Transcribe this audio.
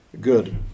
good